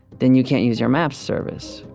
then you can't use your map service.